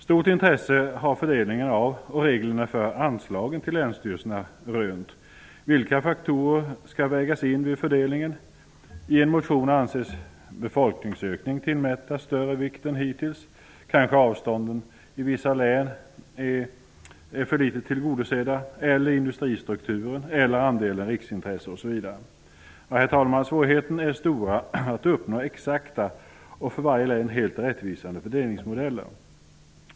Stort intresse har fördelningen av och reglerna för anslagen till länsstyrelserna rönt. Vilka faktorer skall vägas in vid fördelningen? I en motion anses att befolkningsökning skall tillmätas större vikt än hittills. Kanske har man tagit för litet hänsyn till avstånden i vissa län, eller industristrukturen, eller andelen riksintressen o.s.v. Herr talman! Svårigheterna är stora att uppnå exakta och för varje län helt rättvisande fördelningsmodeller.